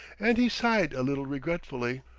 and he sighed a little regretfully.